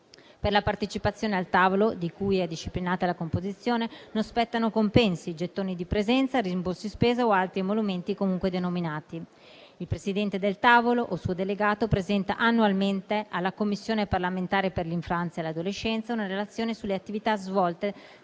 Per la partecipazione al tavolo, di cui è disciplinata la composizione, non spettano compensi, gettoni di presenza, rimborsi spese o altri emolumenti comunque denominati. Il presidente del tavolo o suo delegato presenta annualmente alla Commissione parlamentare per l'infanzia e l'adolescenza una relazione sulle attività svolte